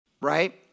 right